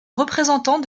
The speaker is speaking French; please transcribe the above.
représentant